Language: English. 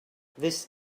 this